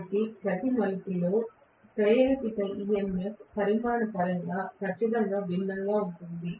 కాబట్టి ఈ ప్రతి మలుపులో ప్రేరేపిత EMF పరిమాణం పరంగా ఖచ్చితంగా భిన్నంగా ఉంటుంది